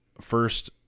First